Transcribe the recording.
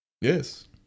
yes